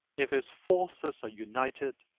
if his forces are united,